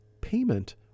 payment